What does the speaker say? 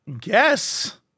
guess